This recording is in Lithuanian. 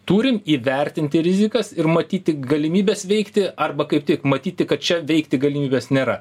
turim įvertinti rizikas ir matyti galimybes veikti arba kaip tik matyti kad čia veikti galimybės nėra